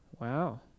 Wow